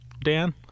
Dan